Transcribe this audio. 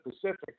Pacific